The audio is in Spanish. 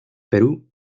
perú